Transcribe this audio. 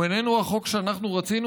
הוא איננו החוק שאנחנו רצינו,